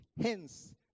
hence